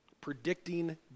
Predicting